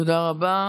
תודה רבה.